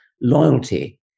loyalty